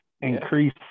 increase